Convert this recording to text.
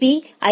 பீ ஐ